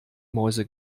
mäuse